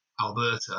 Alberta